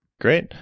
Great